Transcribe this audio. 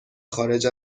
خارج